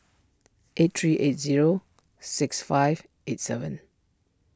eight three eight zero six five eight seven